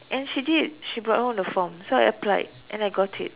and she did so she brought home the form so I applied and I got it